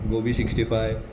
gobi sixty five